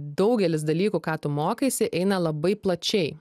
daugelis dalykų ką tu mokaisi eina labai plačiai